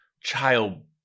child